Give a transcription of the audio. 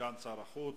לסגן שר החוץ.